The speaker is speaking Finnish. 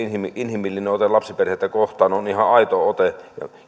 inhimillinen ote lapsiperheitä kohtaan on ihan aito ote